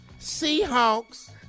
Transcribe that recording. Seahawks